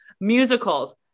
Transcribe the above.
musicals